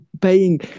paying